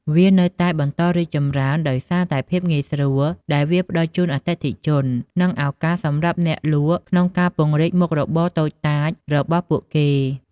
វានៅតែបន្តរីកចម្រើនដោយសារតែភាពងាយស្រួលដែលវាផ្តល់ជូនអតិថិជន និងឱកាសសម្រាប់អ្នកលក់ក្នុងការពង្រីកមុខរបរតូចតាចរបស់ពួកគេ។